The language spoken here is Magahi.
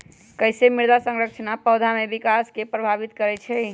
कईसे मृदा संरचना पौधा में विकास के प्रभावित करई छई?